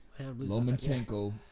Lomachenko